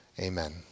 Amen